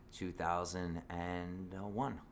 2001